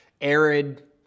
arid